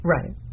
Right